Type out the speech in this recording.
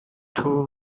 too